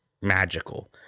magical